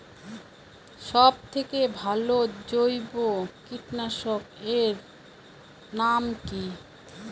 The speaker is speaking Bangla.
সব থেকে ভালো জৈব কীটনাশক এর নাম কি?